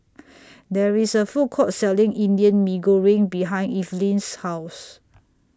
There IS A Food Court Selling Indian Mee Goreng behind Evelyne's House